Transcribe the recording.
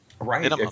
Right